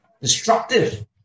destructive